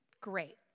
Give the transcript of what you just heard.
Great